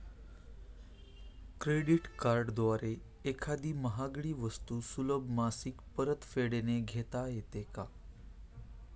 Credit कार्डद्वारे एखादी महागडी वस्तू सुलभ मासिक परतफेडने घेता येते का?